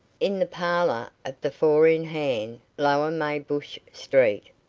in the parlour of the four-in-hand, lower maybush street,